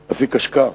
היא אפיק השקעה.